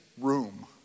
room